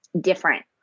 different